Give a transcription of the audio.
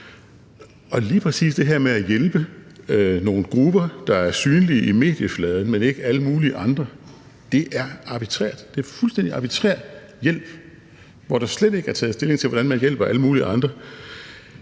lige præcis det her med at hjælpe nogle grupper, der er synlige i mediefladen, men ikke alle mulige andre, er arbitrært. Det er en fuldstændig arbitrær hjælp, hvor der slet ikke er taget stilling til, hvordan man hjælper alle mulige andre,